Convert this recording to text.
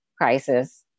crisis